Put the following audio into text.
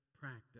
practice